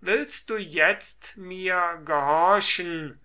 willst du jetzt mir gehorchen